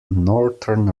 northern